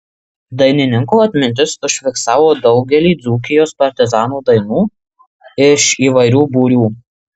dainininko atmintis užfiksavo daugelį dzūkijos partizanų dainų iš įvairių būrių